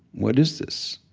what is this?